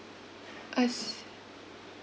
I